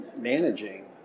managing